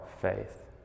faith